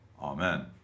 Amen